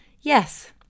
yes